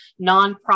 nonprofit